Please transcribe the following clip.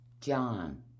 John